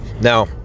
now